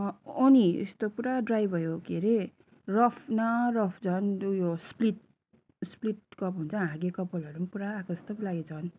अँ नि यस्तो पुरा ड्राई भयो के अरे रफ न रफ झन उयो स्प्लिट स्प्लिट कपाल हुन्छ हाँगे कपालहरू पनि पुरा आएको जस्तो पो लाग्यो झन्